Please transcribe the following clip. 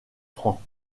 francs